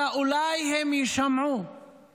אלא אולי הם יישמעו